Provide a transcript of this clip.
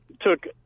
took